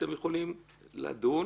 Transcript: אתם יכולים לדון.